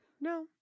No